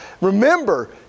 remember